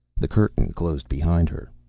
the curtain closed behind her.